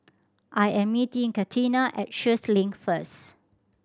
I am meeting Catina at Sheares Link first